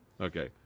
Okay